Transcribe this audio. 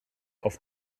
auf